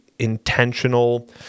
intentional